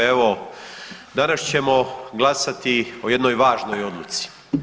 Evo danas ćemo glasati o jednoj važnoj odluci.